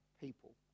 people